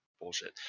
bullshit